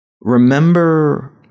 Remember